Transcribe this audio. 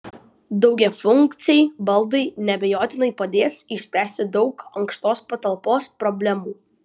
daugiafunkciai baldai neabejotinai padės išspręsti daug ankštos patalpos problemų